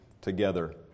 together